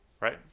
right